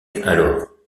alors